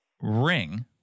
ring